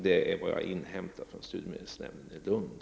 Det är vad jag har inhämtat från studiemedelsnämnden i Lund.